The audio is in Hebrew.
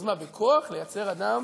אז מה, אז בכוח לייצר אדם,